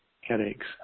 headaches